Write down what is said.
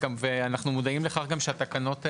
אנחנו גם מודעים לכך שהתקנות האלה,